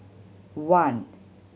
one